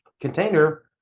container